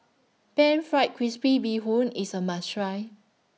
Pan Fried Crispy Bee Hoon IS A must Try